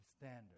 standard